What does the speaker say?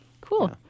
cool